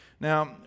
Now